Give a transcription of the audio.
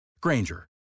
Granger